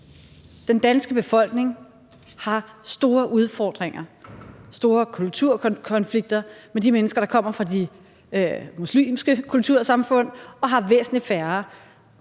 Den danske befolkning har store udfordringer, store kulturkonflikter, med de mennesker, der kommer fra de muslimske kultursamfund, og har væsentlig færre